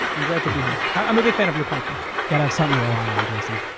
i'm glad to be here. i'm a big fan of your podcast. gotta have something to rely on, jason.